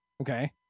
okay